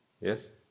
Yes